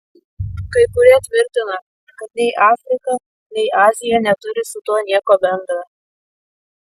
kai kurie tvirtina kad nei afrika nei azija neturi su tuo nieko bendra